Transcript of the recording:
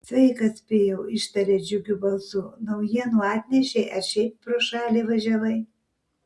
sveikas pijau ištarė džiugiu balsu naujienų atnešei ar šiaip pro šalį važiavai